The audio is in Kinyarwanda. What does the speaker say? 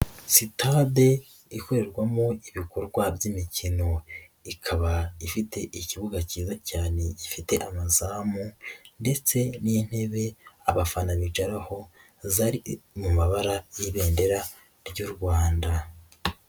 Sitade ikorerwamo ibikorwa by'imikino. Ikaba ifite ikibuga cyiza cyane gifite amazamu ndetse n'intebe abafana bicaraho zari mu mabara y'ibendera ry'u Rwanda.